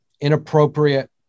inappropriate